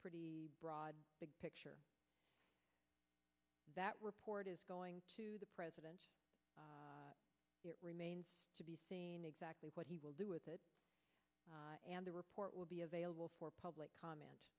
pretty broad picture that report is going to the president it remains to be seen exactly what he will do with it and the report will be available for public comment